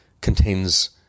contains